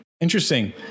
interesting